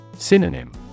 Synonym